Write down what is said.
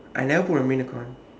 I never put at main account